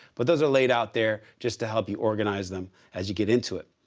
but those are laid out there just to help you organize them as you get into it.